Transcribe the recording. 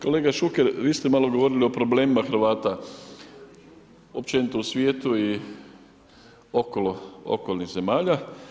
Kolega Šuker, vi ste malo govorili o problemima Hrvata općenito u svijetu i okolnih zemalja.